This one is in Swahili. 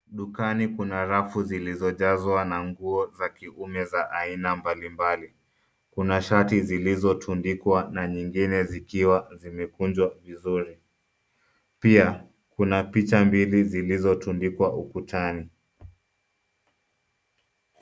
Dukani kuna rafu zilizojazwa na nguo za kiume za aina mbalimbali. Kuna shati zilizotundikwa na nyingine zikiwa zimekunjwa vizuri. Pia kuna picha mbili zilizotundikwa ukutani.